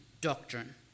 doctrine